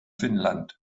finnland